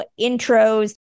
intros